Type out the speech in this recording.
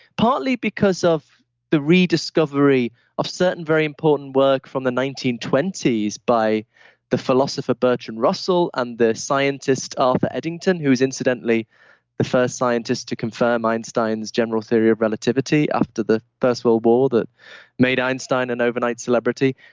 partly because of the rediscovery of certain very important work from the nineteen twenty s by the philosopher bertrand russell and the scientist ah arthur eddington, who is incidentally the first scientist to confirm einstein's general theory of relativity after the first world war that made einstein an overnight celebrity.